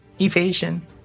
Evasion